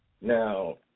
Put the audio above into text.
Now